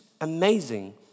amazing